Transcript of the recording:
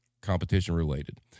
competition-related